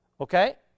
okay